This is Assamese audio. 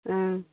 অঁ